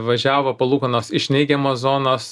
važiavo palūkanos iš neigiamo zonos